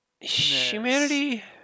Humanity